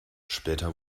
später